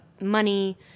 money